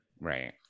right